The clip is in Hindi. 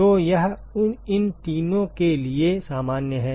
तो यह इन तीनों के लिए सामान्य है